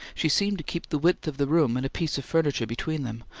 she seemed to keep the width of the room and a piece of furniture between them,